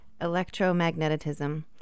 electromagnetism